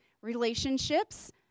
relationships